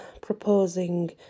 proposing